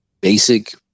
basic